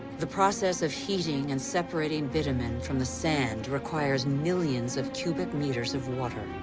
the process of heating and separating bitumen from the sand requires millions of cubic meters of water.